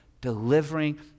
delivering